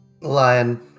lion